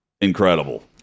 Incredible